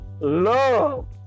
Love